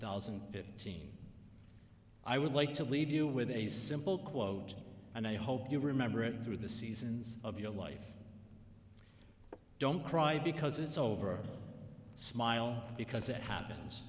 thousand and fifteen i would like to leave you with a simple quote and i hope you remember it through the seasons of your life don't cry because it's over smile because it happens